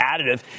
additive